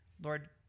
Lord